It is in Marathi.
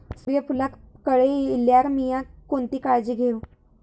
सूर्यफूलाक कळे इल्यार मीया कोणती काळजी घेव?